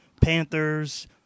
Panthers